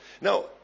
Now